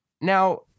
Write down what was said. Now